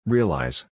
Realize